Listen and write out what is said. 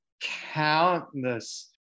countless